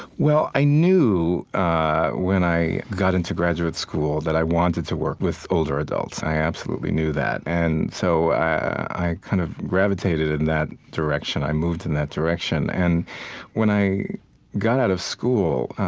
well, i knew when i got into graduate school that i wanted to work with older adults. i absolutely knew that. and so i i kind of gravitated in that direction. i moved in that direction. and when i got out of school,